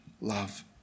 love